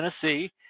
Tennessee